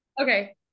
Okay